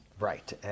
Right